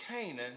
Canaan